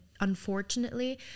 unfortunately